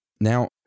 Now